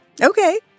Okay